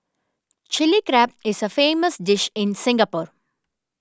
Chilli Crab is a famous dish in Singapore